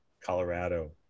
Colorado